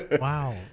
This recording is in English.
Wow